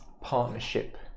partnership